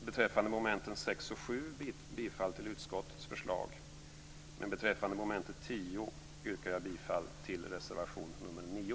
Beträffande momenten 6 och 7 yrkar jag bifall till utskottets förslag. Beträffande mom. 10 yrkar jag bifall till reservation nr 9.